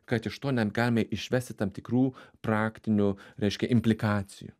kad iš to net galime išvesti tam tikrų praktinių reiškia implikacijų